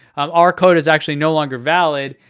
our code is actually no longer valid,